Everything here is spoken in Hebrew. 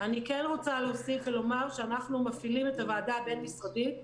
אני כן רוצה להוסיף ולומר שאנחנו מפעילים את הוועדה הבין-משרדית,